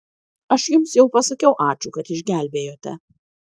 aš jums jau pasakiau ačiū kad išgelbėjote